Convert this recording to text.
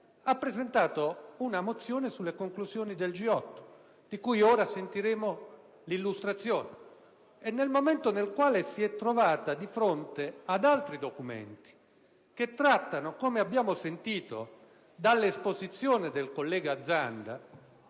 ha presentato una mozione sulle conclusioni del G8, di cui ora sentiremo l'illustrazione, ma quando si è trovata di fronte ad altri documenti che trattano (come abbiamo sentito dall'esposizione del collega Zanda,